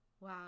Wow